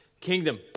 kingdom